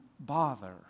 bother